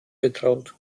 betraut